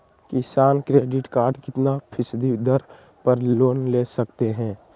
किसान credit card कितना फीसदी दर पर लोन ले सकते हैं?